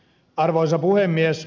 arvoisa puhemies